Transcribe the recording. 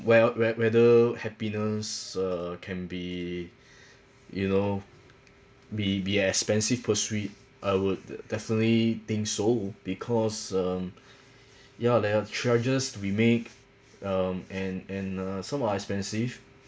well wh~ whether happiness uh can be you know be be expensive pursuit I would d~ definitely think so because um yeah there are charges to be make um and and uh some are expensive